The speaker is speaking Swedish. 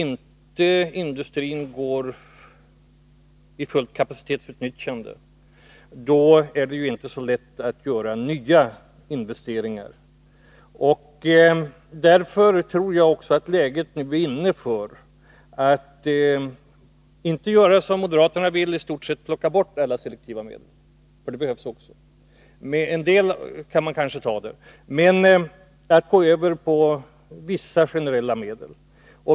När industrin inte har fullt kapacitetsutnyttjande är det ju inte så lätt att göra nya investeringar. Därför tror jag att tiden nu är inne för att inte göra som moderaterna vill, dvs. i stort sett plocka bort alla selektiva medel — sådana behövs, men en del kan man kanske ta därifrån — utan gå över till vissa generella medel.